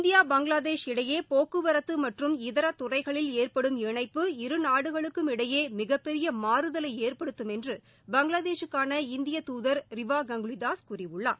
India Bangladesh இடையே போக்குவரத்து மற்றும் இதர துறைகளில் ஏற்படும் இணப்பு இரு நாடுகளுக்கும் இடையே மிகப்பெரிய மாறுதலை ஏற்படுத்தும் என்று பங்ளாதேஷூக்கான இந்திய தூதர் ரிவா கங்குலி தாஸ் கூறியுள்ளார்